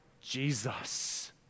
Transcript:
Jesus